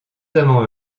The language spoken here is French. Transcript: amants